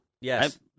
yes